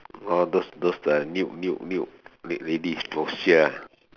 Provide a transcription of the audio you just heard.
orh those those the nude nude nude lady poster ah